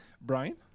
brian